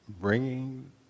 bringing